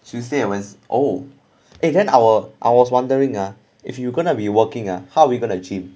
tuesday and wednes~ oh eh then our I was wondering ah if you gonna be working ah how are we going to gym